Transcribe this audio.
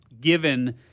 given